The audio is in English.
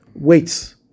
weights